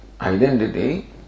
identity